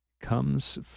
comes